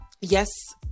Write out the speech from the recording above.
yes